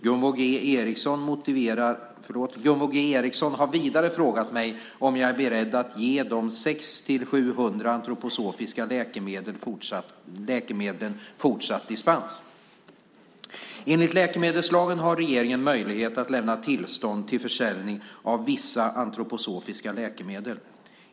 Gunvor G Ericson har vidare frågat mig om jag är beredd att ge de 600-700 antroposofiska läkemedlen fortsatt dispens. Enligt läkemedelslagen har regeringen möjlighet att lämna tillstånd till försäljning av vissa antroposofiska läkemedel.